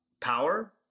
power